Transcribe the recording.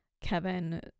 Kevin